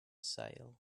sale